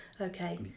Okay